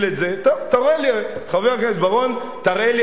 טוב, תראה לי, חבר הכנסת בר-און, תראה לי.